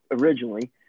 originally